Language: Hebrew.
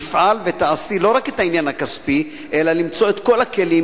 ותפעלי לא רק בעניין הכספי אלא למצוא את כל הכלים